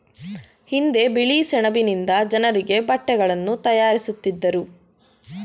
ಹಿಂದೆ ಬಿಳಿ ಸೆಣಬಿನಿಂದ ಜನರಿಗೆ ಬಟ್ಟೆಗಳನ್ನು ತಯಾರಿಸುತ್ತಿದ್ದರು